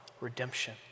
redemption